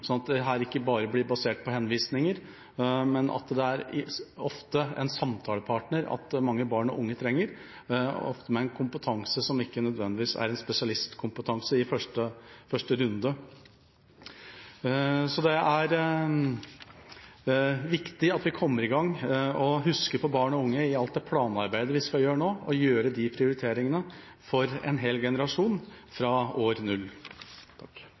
at dette ikke bare blir basert på henvisninger. Det er ofte en samtalepartner mange barn og unge trenger i første runde, med en kompetanse som ikke nødvendigvis er en spesialistkompetanse. Så det er viktig at vi kommer i gang og husker på barn og unge i alt det planarbeidet vi skal gjøre nå, og gjør de prioriteringene for en hel generasjon, fra år null. Tusen takk